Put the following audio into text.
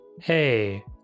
Hey